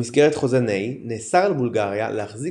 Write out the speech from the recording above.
במסגרת חוזה ניי נאסר על בולגריה להחזיק